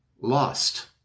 lost